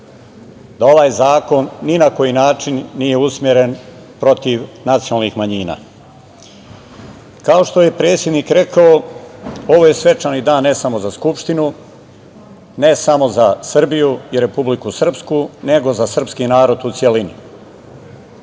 da ovaj zakon ni na koji način nije usmeren protiv nacionalnih manjina. Kao što je i predsednik rekao, ovo je svečani dan ne samo za Skupštinu, ne samo za Srbiju i Republiku Srpsku, nego za srpski narod u celini.